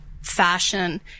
fashion